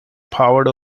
powered